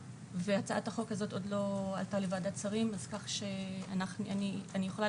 הצעת החוק הזו עוד לא עלתה לוועדת שרים כך שאני יכולה